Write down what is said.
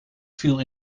viel